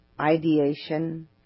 ideation